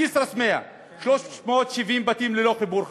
כסרא-סמיע, 370 בתים ללא חיבור לחשמל,